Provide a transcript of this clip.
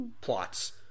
plots